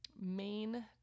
main